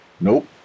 nope